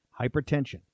Hypertension